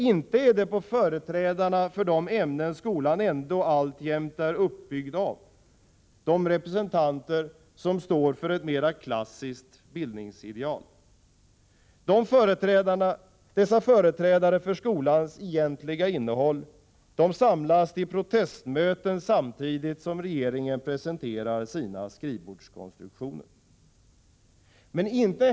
Inte är det på företrädarna för de ämnen skolan ändå alltjämt är uppbyggd av — de representanter som står för ett mera klassiskt bildningsideal. Dessa företrädare för skolans egentliga innehåll samlas till protestmöten samtidigt som regeringen presenterar sina skrivbordskonstruktioner.